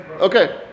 Okay